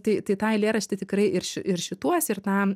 tai tai tą eilėraštį tikrai ir š ir šituos ir tą